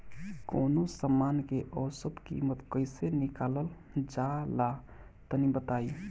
कवनो समान के औसत कीमत कैसे निकालल जा ला तनी बताई?